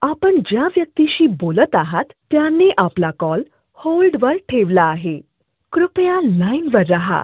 आपण ज्या व्यक्तीशी बोलत आहात त्यांनी आपला कॉल होल्डवर ठेवला आहे कृपया लाईनवर राहा